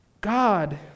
God